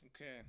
Okay